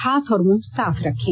हाथ और मुंह साफ रखें